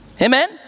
Amen